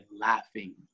laughing